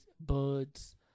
birds